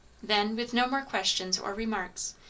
then, with no more questions or remarks,